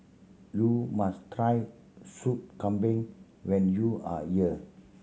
you must try Sup Kambing when you are here